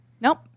Nope